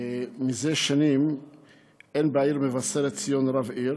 זה שנים אין בעיר מבשרת ציון רב עיר.